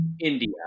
india